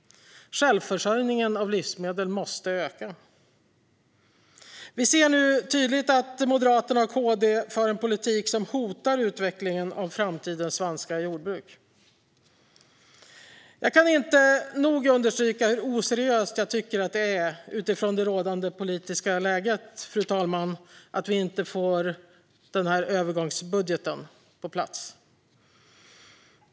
Självförsörjningen av livsmedel måste öka. Vi ser nu tydligt att Moderaterna och KD för en politik som hotar utvecklingen av framtidens svenska jordbruk. Fru talman! Jag kan inte nog understryka hur oseriöst jag tycker att det är, utifrån det rådande politiska läget, att vi inte får övergångsbudgeten på plats.